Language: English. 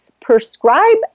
prescribe